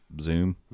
zoom